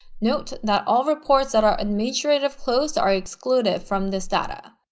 note that all reports that are administrative closed are excluded from this data.